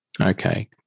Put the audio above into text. okay